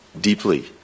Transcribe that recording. deeply